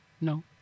No